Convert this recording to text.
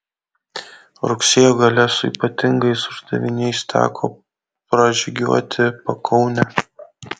rugsėjo gale su ypatingais uždaviniais teko pražygiuoti pakaunę